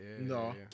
No